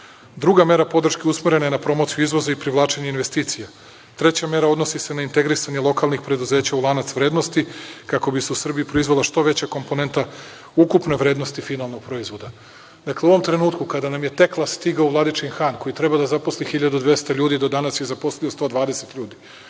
mera podrške usmerena je na promociju izvoza i privlačenje investicija. Treća mera odnosi se na integrisanje lokalnih preduzeća u lanac vrednosti, kako bi se u Srbiji proizvela što veća komponenta ukupne vrednosti finalnog proizvoda. Dakle, u ovom trenutku kada nam je „Teklas“ stigao u Vladičin Han, koji treba da zaposli 1200 ljudi, a do danas je zaposlio 112 ljudi,